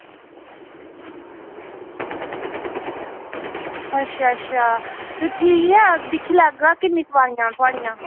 अच्छा अच्छा भी ठीक ऐ दिक्खी लैगा किन्नी सोआरियां न थुआढ़ियां